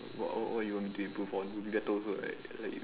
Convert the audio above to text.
what what what you want me improve on will be better also right like